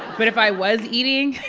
but if i was eating,